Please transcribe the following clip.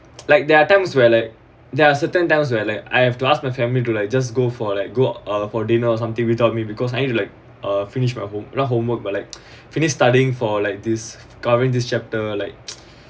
like there are times where like there are certain times where like I have to ask my family to like just go for like go out for dinner or something without me because I need to like uh finished my home~ not homework but like finished studying for like this covering this chapter like